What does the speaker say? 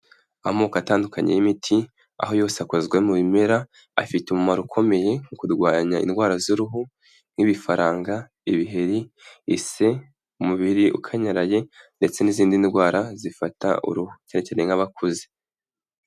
Amoko atandukanye y'imiti, aho yose akozwe mu bimera, afite umumaro ukomeye mu kurwanya indwara z'uruhu nk'ibifaranga, ibiheri, ise, umubiri ukanyaraye ndetse n'izindi ndwara zifata uruhu cyane cyane nk'abakuze.